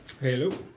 Hello